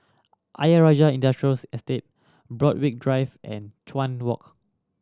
Ayer Rajah Industrial Estate Borthwick Drive and Chuan Walk